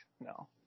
no